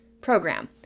program